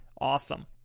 Awesome